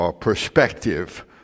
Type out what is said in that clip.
perspective